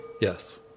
Yes